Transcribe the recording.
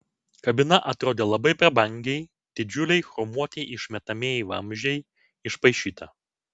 kabina atrodė labai prabangiai didžiuliai chromuoti išmetamieji vamzdžiai išpaišyta